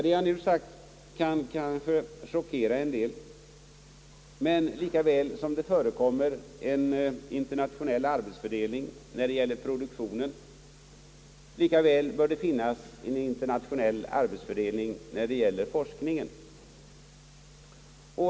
Det jag nu har sagt kan måhända chockera en del, men lika väl som det förekommer en internationell arbetsfördelning när det gäller produktionen, lika väl bör det finnas en internationell arbetsfördelning när det gäller forskningen.